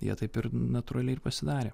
jie taip ir natūraliai pasidarė